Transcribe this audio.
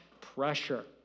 pressure